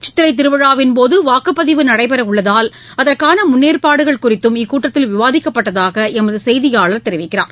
சித்திரைத் திருவிழாவின் போது வாக்குப்பதிவு நடைபெறவுள்ளதால் அதற்கான முன்னேற்பாடுகள் குறித்தும் இக்கூட்டத்தில் விவாதிக்கப்பட்டதாக எமது செய்தியாளர் தெரிவிக்கிறார்